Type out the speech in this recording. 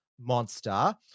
monster